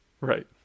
right